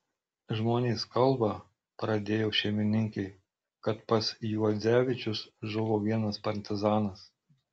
žmonės kalba pradėjo šeimininkė kad pas juodzevičius žuvo vienas partizanas